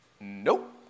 Nope